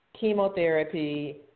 chemotherapy